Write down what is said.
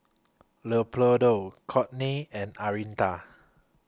Leopoldo Kortney and Anitra